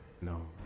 no